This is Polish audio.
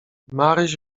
maryś